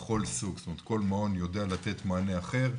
בכל סוג, זאת אומרת כל מעון יודע לתת מענה אחר.